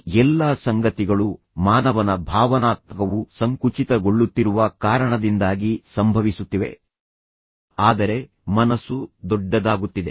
ಈ ಎಲ್ಲಾ ಸಂಗತಿಗಳು ಮಾನವನ ಭಾವನಾತ್ಮಕವು ಸಂಕುಚಿತಗೊಳ್ಳುತ್ತಿರುವ ಕಾರಣದಿಂದಾಗಿ ಸಂಭವಿಸುತ್ತಿವೆ ಆದರೆ ಮನಸ್ಸು ದೊಡ್ಡದಾಗುತ್ತಿದೆ